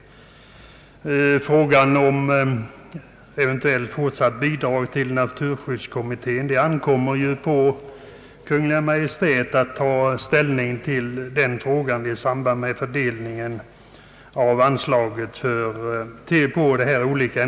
Frågan om eventuellt fortsatt bidrag till naturskyddskommittén ankommer det på Kungl. Maj:t att ta ställning till i samband med fördelningen av anslaget.